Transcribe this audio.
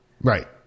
right